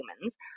humans